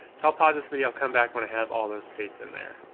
it's all positivity. i'll come back when i have all those states in there.